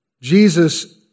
Jesus